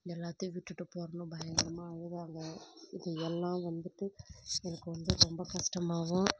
எல்லாத்தையும் விட்டுட்டு போகிறேன்னு பயங்கரமாக அழுதாங்க இது எல்லாம் வந்துட்டு எனக்கு வந்து ரொம்ப கஷ்டமாவும்